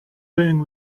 going